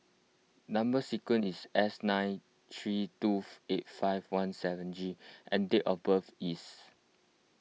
Number Sequence is S nine three two eight five one seven G and date of birth is